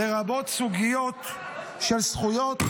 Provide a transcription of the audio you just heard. לרבות סוגיות של זכויות,